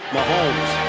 Mahomes